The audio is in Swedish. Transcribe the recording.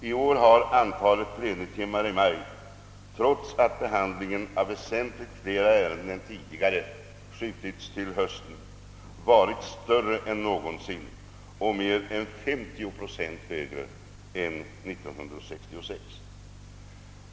I år har antalet plenitimmar i maj — trots att behandlingen av väsentligt flera ärenden än tidigare uppskjutits till hösten — varit större än någonsin och mer än 50 procent högre än 1966.